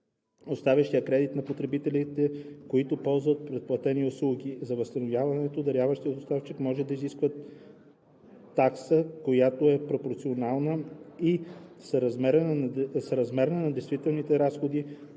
оставащия кредит на потребителите, които ползват предплатени услуги. За възстановяването даряващият доставчик може да изисква такса, която е пропорционална и съразмерна на действителните разходи,